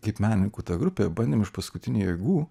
kaip menininkų grupė bandėm iš paskutinių jėgų